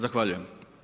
Zahvaljujem.